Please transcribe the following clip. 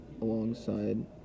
alongside